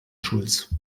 schulz